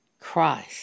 Christ